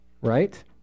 Right